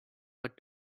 but